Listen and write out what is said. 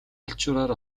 алчуураар